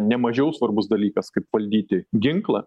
nemažiau svarbus dalykas kaip valdyti ginklą